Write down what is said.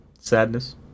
Sadness